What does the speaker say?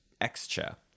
Extra